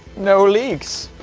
no leaks!